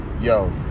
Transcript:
yo